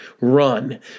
run